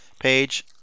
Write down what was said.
page